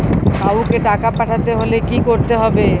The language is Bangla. কাওকে টাকা পাঠাতে হলে কি করতে হবে?